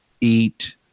eat